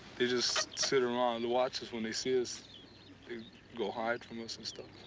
they just sit around and watch us when they see us. they go hide from us and stuff.